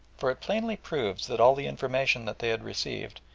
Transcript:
for it plainly proves that all the information that they had received,